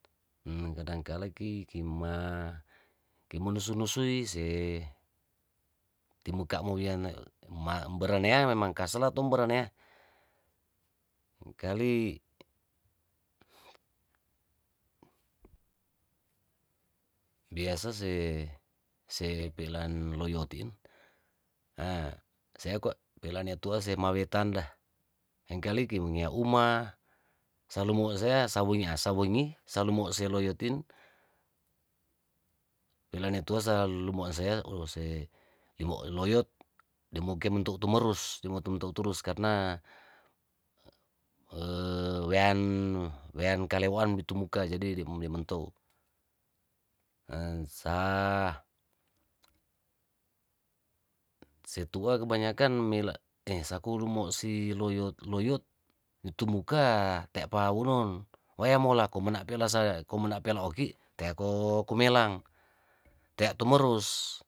kadangkala ki kima ki menusunusui se timuka mowiana mberenea memang kaseletum mbere nea lengkali biasa se epelan loyot in hah sea kwa pelaneatua se mawe tanda lengkai ki mawea uma salumo sea sawengi asawengi salumo se loyot in winaletua salalumosea oduh selimo' loyot dimo kementu' tumerus dimo tumentu turus karna wean wean kalewoan di tumuka jadi dimen dimentu' an saa setua kebanyakan meila eh sakulu mo si loyot loyot nitumuka te' pa wunon weyamolako mena' pela saya komenapela' oki teako kumelang tea tumerus.